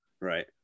Right